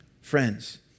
Friends